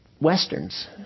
Westerns